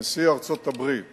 נשיא ארצות-הברית